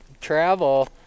travel